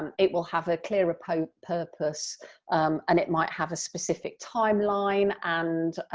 um it will have a clearer purpose purpose um and it might have a specific timeline and